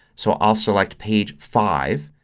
so i'll select page five.